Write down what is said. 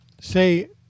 Say